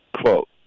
Quote